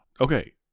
Okay